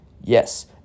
Yes